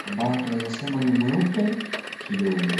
ambao twaweza sema ni mweupe kidogo.